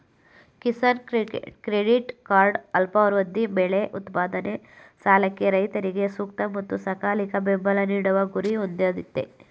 Kisan credit card ಅಲ್ಪಾವಧಿ ಬೆಳೆ ಉತ್ಪಾದನೆ ಸಾಲಕ್ಕೆ ರೈತರಿಗೆ ಸೂಕ್ತ ಮತ್ತು ಸಕಾಲಿಕ ಬೆಂಬಲ ನೀಡುವ ಗುರಿ ಹೊಂದಯ್ತೆ